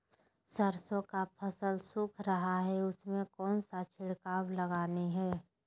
सरसो का फल सुख रहा है उसमें कौन सा छिड़काव लगानी है?